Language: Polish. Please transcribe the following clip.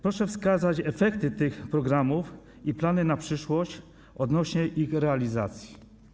Proszę wskazać efekty tych programów i plany na przyszłość odnośnie do ich realizacji.